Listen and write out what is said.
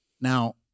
Now